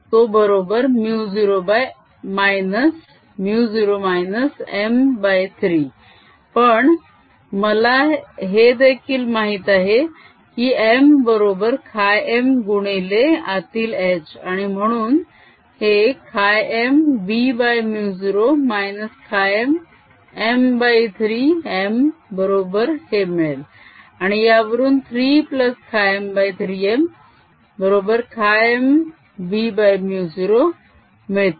तो बरोबर μ0 m3 पण मला हे देखील माहित आहे की m बरोबर χm गुणिले आतील h आणि म्हणून हे χm b μ0 χm m 3 m बरोबर हे मिळेल आणि यावरून 3χm3m बरोबर χm b μ0 मिळते